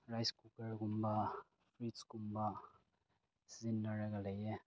rice ꯀꯨꯀꯔꯒꯨꯝꯕ ꯐ꯭ꯔꯤꯁꯀꯨꯝꯕ ꯁꯤꯖꯤꯟꯅꯔꯒ ꯂꯩꯌꯦ